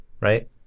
Right